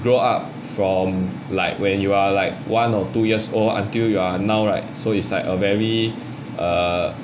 grow up from like when you are like one or two years old until you are now right so it's like a very err